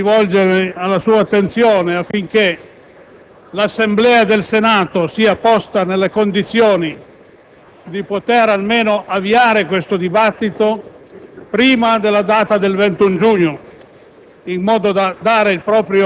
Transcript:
Vorrei richiamare la sua attenzione affinché l'Assemblea del Senato sia posta nelle condizioni di poter almeno avviare il dibattito prima della data del 21 giugno,